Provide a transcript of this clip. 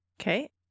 Okay